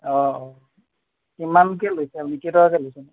অঁ কিমানকৈ লৈছে আপুনি কেইটকাকৈ লৈছে